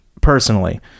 personally